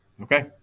Okay